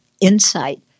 insight